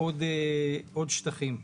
עוד שטחים.